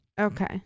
Okay